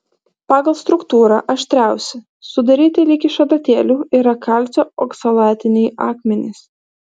pagal struktūrą aštriausi sudaryti lyg iš adatėlių yra kalcio oksalatiniai akmenys